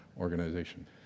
organization